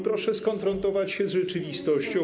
Proszę skonfrontować się z rzeczywistością.